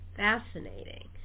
fascinating